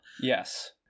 Yes